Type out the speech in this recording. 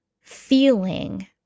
feeling